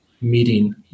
meeting